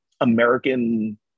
American